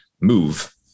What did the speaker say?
move